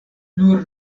nur